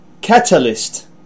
Catalyst